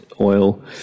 oil